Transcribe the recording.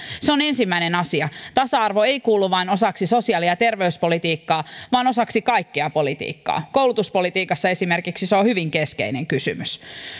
se on ensimmäinen asia tasa arvo ei kuulu vain osaksi sosiaali ja terveyspolitiikkaa vaan osaksi kaikkea politiikkaa koulutuspolitiikassa esimerkiksi se on hyvin keskeinen kysymys